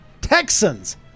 Texans